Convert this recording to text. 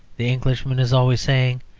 the englishman is always saying,